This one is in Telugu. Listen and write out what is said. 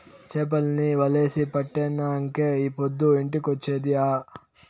చేపల్ని వలేసి పట్టినంకే ఈ పొద్దు ఇంటికొచ్చేది ఆ